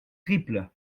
triple